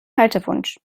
haltewunsch